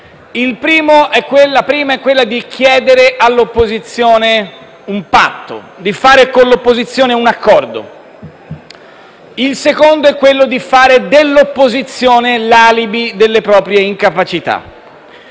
La prima è quella di chiedere all'opposizione un patto e di fare con essa un accordo. La seconda è invece quella di fare dell'opposizione l'alibi delle proprie incapacità.